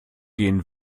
gehen